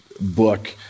book